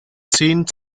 zehn